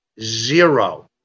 Zero